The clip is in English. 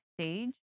stage